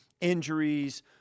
injuries